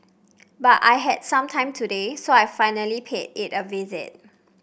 but I had some time today so I finally paid it a visit